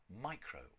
micro